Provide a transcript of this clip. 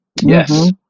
Yes